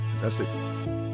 Fantastic